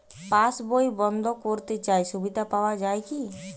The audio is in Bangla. পাশ বই বন্দ করতে চাই সুবিধা পাওয়া যায় কি?